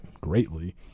greatly